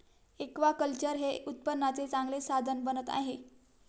aquaculture हे उत्पन्नाचे चांगले साधन बनत आहे